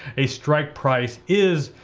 a strike price is,